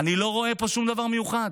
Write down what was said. אני לא רואה פה שום דבר מיוחד.